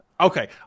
Okay